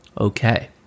Okay